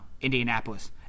Indianapolis